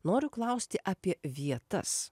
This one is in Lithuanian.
noriu klausti apie vietas